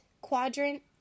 quadrant